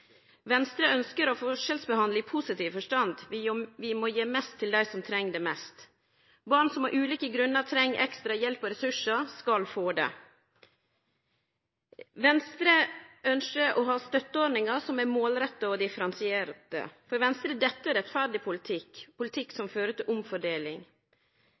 Venstre ønskjer å forskjellsbehandle i positiv forstand. Vi må gje mest til dei som treng det mest. Barn som av ulike grunnar treng ekstra hjelp og ressursar, skal få det. Venstre ønskjer å ha støtteordningar som er målretta og differensierte. For Venstre er dette rettferdig politikk, politikk som fører til omfordeling,